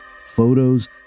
photos